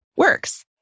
Works